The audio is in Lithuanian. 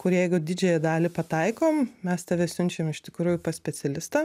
kur jeigu didžiąją dalį pataikom mes tave siunčiam iš tikrųjų pas specialistą